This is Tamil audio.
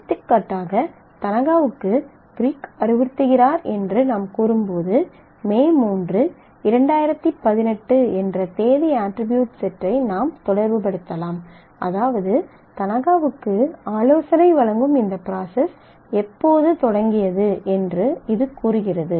எடுத்துக்காட்டாக தனாக்காவுக்கு கிரிக் அறிவுறுத்துகிறார் என்று நாம் கூறும்போது மே 3 2018 என்ற தேதி அட்ரிபியூட் செட்டை நாம் தொடர்புபடுத்தலாம் அதாவது தனகாவுக்கு ஆலோசனை வழங்கும் இந்த ப்ராசஸ் எப்போது தொடங்கியது என்று இது கூறுகிறது